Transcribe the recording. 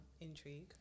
intrigue